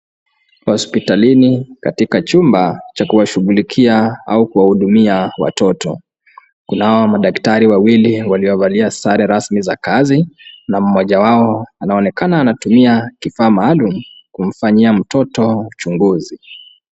Hospitalini katika chumba cha kuwashughulikia, au kuwahudumia watoto. Kunao madaktari wawili waliovalia sare rasmi za kazi. Na mmoja wao anaonekana anatumia kifaa maalum, kumfanyia mtoto uchunguzi.